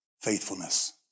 faithfulness